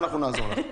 אנחנו נעזור לך.